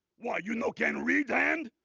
why, you no can read, hand?